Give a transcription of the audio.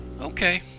okay